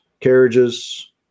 carriages